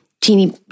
teeny